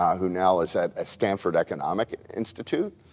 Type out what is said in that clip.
who now is at stanford economic institute.